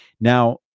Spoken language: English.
Now